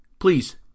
Please